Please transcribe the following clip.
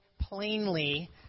plainly